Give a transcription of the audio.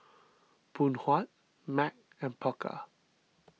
Phoon Huat Mac and Pokka